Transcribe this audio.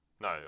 No